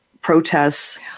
protests